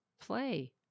Play